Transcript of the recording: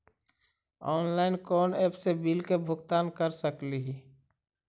Online कोन app से bill के भुगतान कर सकली ही?